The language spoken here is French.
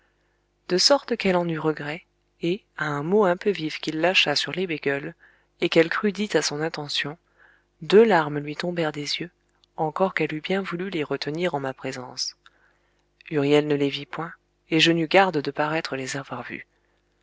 de sorte qu'elle en eut regret et à un mot un peu vif qu'il lâcha sur les bégueules et qu'elle crut dit à son intention deux larmes lui tombèrent des yeux encore qu'elle eût bien voulu les retenir en ma présence huriel ne les vit point et je n'eus garde de paraître les avoir vues